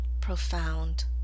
profound